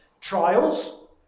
Trials